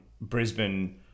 Brisbane